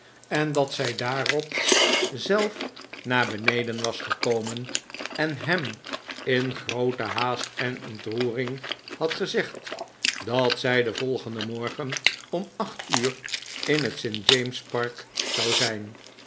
en dat zij daarop zelf naar beneden was gekomen en hem in groote haast en ontroering had gezegd dat zij den volgenden morgen om acht uur in het st james park zou zijn